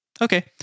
okay